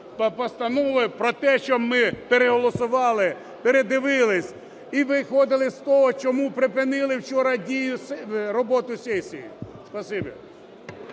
постанови про те, щоб ми переголосували, передивились і виходили з того, чому припинили вчора роботу сесії.